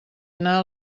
anar